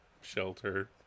shelter